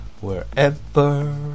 wherever